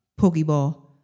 Pokeball